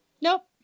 Nope